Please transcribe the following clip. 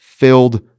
Filled